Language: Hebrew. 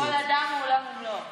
כל אדם הוא עולם ומלואו.